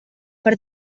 per